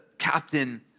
captain